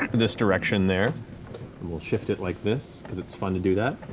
this direction there. and we'll shift it like this, because it's fun to do that.